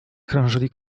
krążyli